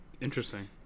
Interesting